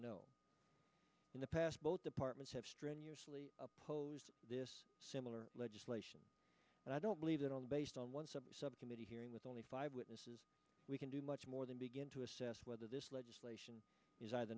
know in the past both departments have strenuously opposed this similar legislation and i don't believe that all based on once a subcommittee hearing with only five we can do much more than begin to assess whether this legislation is eithe